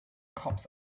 cops